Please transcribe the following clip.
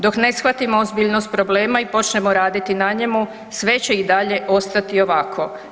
Dok ne shvatimo ozbiljnost problema i počnemo raditi na njemu sve će i dalje ostati ovako.